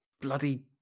bloody